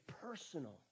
personal